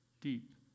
deep